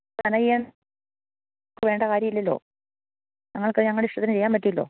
അങ്ങനെ ചെയ്യാൻ വേണ്ട കാര്യമില്ലല്ലോ ഞങ്ങൾക്ക് ഞങ്ങളുടെ ഇഷ്ടത്തിന് ചെയ്യാൻ പറ്റുമല്ലോ